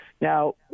Now